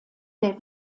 der